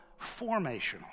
formational